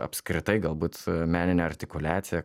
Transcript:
apskritai galbūt meninė artikuliacija